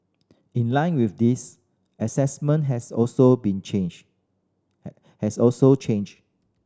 in line with this assessment has also been changed has also changed